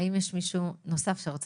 האם יש מישהו נוסף שרוצה